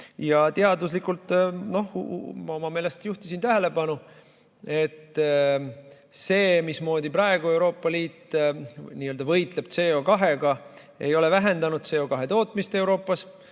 teaduslikult – no ma oma meelest juhtisin tähelepanu, et see, mismoodi praegu Euroopa Liit võitleb CO2‑ga, ei ole vähendanud CO2tootmist Euroopas